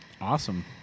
Awesome